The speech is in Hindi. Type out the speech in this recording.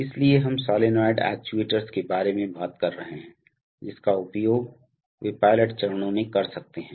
इसलिए हम सोलनॉइड एक्ट्यूएटर्स के बारे में बात कर रहे हैं जिसका उपयोग वे पायलट चरणों में कर सकते हैं